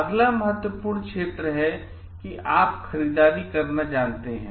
अगला महत्वपूर्ण क्षेत्र है कि आप खरीदारी करना जानते हैं